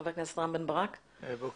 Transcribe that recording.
חבר הכנסת רם בן ברק, בבקשה.